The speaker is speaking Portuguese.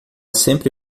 sempre